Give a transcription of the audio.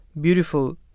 beautiful